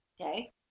Okay